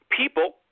people